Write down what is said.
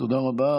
תודה רבה.